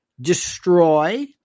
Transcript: destroy